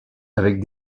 avec